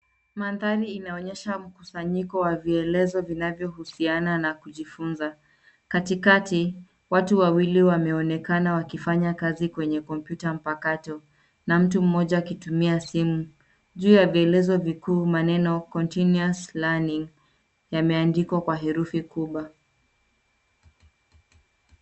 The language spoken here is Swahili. Mandhari inaonyesha mkusanyiko wa vielezo vinvyohusiana na kujifunza. Katikati watu wawili wameonekana wakifanya kazi kwenye kompyuta mpakato na mtu mmoja akitumia simu. Juu ya vielezo vikuu maneno continuous learning yameandikwa kwa herufi kubwa.